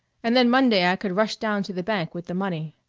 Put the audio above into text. and then monday i could rush down to the bank with the money.